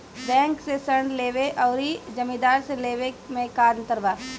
Bank से ऋण लेवे अउर जमींदार से लेवे मे का अंतर बा?